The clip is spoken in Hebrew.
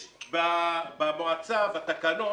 יש במועצה, בתקנות,